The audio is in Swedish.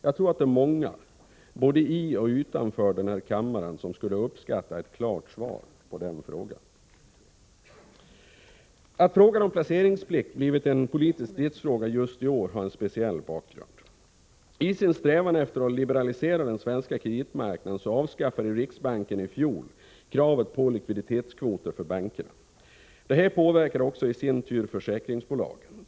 Jag tror att det är många, både i och utanför denna kammare, som skulle uppskatta ett klart svar på den frågan. Att frågan om placeringsplikt blivit en politisk stridsfråga just i år har sin speciella bakgrund. I sin strävan att liberalisera den svenska kreditmarknaden avskaffade riksbanken i fjol kravet på likviditetskvoter för bankerna. Det påverkade i sin tur försäkringsbolagen.